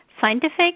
scientific